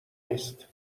نیست